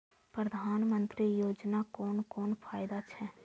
प्रधानमंत्री योजना कोन कोन फायदा छै?